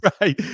Right